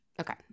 Okay